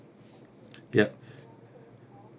yup